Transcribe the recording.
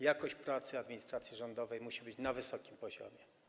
Jakość pracy administracji rządowej musi być na wysokim poziomie.